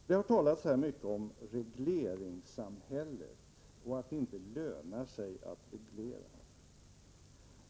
Det har här talats mycket om regleringssamhället och om att det inte lönar sig att reglera.